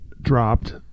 dropped